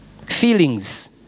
Feelings